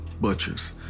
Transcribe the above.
butchers